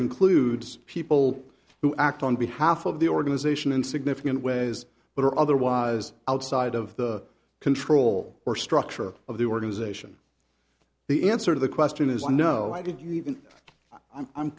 includes people who act on behalf of the organization in significant ways but are otherwise outside of the control or structure of the organization the answer to the question is no i didn't even